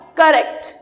correct